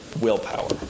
willpower